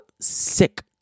sick